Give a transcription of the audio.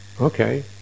okay